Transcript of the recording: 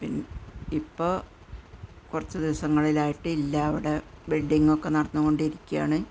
ഇപ്പോൾ കുറച്ച് ദിവസങ്ങളിലായിട്ടു ഇല്ല അവിടെ ബിൽഡ്ഡിങ്ങൊക്കെ നടന്നു കൊണ്ടിരിക്കുകയാണ്